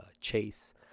chase